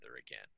again